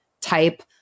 type